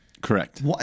Correct